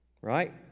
right